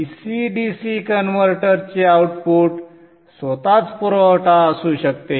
dc dc converter चे output स्वतःच पुरवठा असू शकते